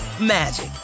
magic